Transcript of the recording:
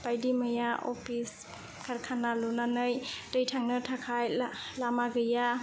बायदिमैया अफिस कारखाना लुनानै दै थांनो थाखाय लामा गैया